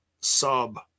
sub